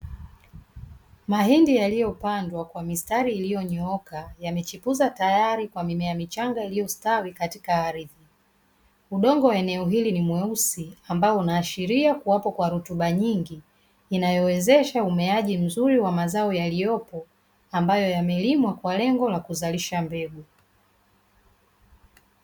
Mahindi yaliyopandwa kwa mistari iliyonyooka yamechepuza tayari kwa mimea michanga iliyostawi katika ardhi. Udongo wa eneo hili ni mweusi ambao unaashiria kuwepo kwa rutuba nyingi inayowezesha umeaji wa mazao yaliyopo ambayo yamelimwa kwa lengo la kuzalisha mbegu.